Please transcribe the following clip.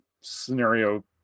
scenario